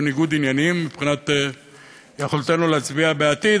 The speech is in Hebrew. ניגוד עניינים מבחינת יכולתנו להצביע בעתיד,